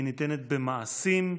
היא ניתנת במעשים,